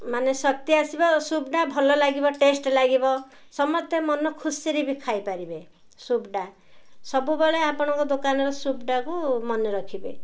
ମାନେ ଶକ୍ତି ଆସିବ ସୁପ୍ଟା ଭଲ ଲାଗିବ ଟେଷ୍ଟ ଲାଗିବ ସମସ୍ତେ ମନ ଖୁସିରେ ବି ଖାଇପାରିବେ ସୁପ୍ଟା ସବୁବେଳେ ଆପଣଙ୍କ ଦୋକାନର ସୁପ୍ଟାକୁ ମନେ ରଖିବେ